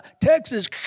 Texas